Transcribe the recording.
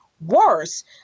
worse